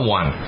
one